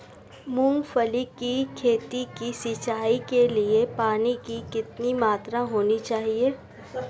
मूंगफली की खेती की सिंचाई के लिए पानी की कितनी मात्रा होनी चाहिए?